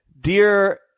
Dear